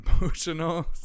emotional